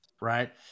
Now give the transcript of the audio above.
right